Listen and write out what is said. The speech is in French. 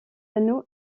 anneau